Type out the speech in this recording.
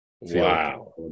wow